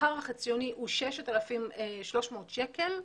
השכר החציוני הוא 6,300 שקל,